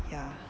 ya